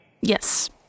Yes